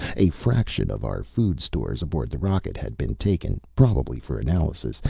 a fraction of our food stores aboard the rocket had been taken, probably for analysis.